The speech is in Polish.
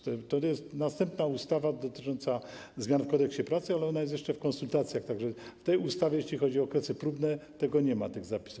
To jest następna ustawa dotycząca zmian w Kodeksie pracy, ale ona jest jeszcze w konsultacjach, tak że w tej ustawie, jeśli chodzi o okresy próbne, nie ma tych zapisów.